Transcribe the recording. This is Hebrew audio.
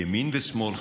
ימין ושמאל,